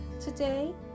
Today